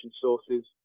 sources